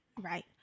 Right